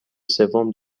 سوم